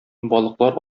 балыклар